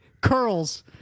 Curls